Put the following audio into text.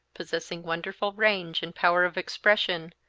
possessing wonderful range and power of expression,